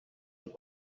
and